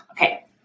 okay